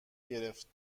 گرفت